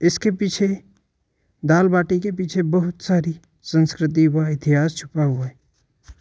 इसके पीछे दाल बाटी के पीछे बहुत सारी संस्कृति व इतिहास छुपा हुआ है